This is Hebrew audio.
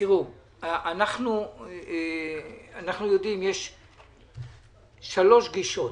יש שלוש גישות